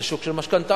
זה שוק של משכנתאות,